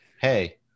hey